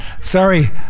Sorry